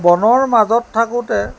বনৰ মাজত থাকোঁতে